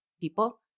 people